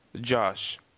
Josh